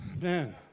Man